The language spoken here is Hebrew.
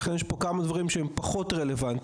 ולכן יש פה כמה דברים שהם פחות רלוונטיים,